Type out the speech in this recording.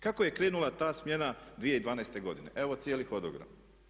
Kako je krenula ta smjena 2012. godine, evo cijeli hodogram.